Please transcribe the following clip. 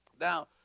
Now